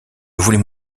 voulais